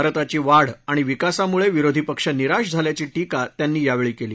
भारताची वाढ आणि विकासामुळे विरोधी पक्ष निराश झाल्याची टीका त्यांनी यावेळी केला